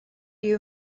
you